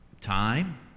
Time